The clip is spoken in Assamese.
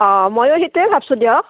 অঁ ময়ো সেইটোৱে ভাবছোঁ দিয়ক